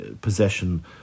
possession